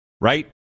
right